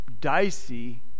dicey